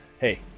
hey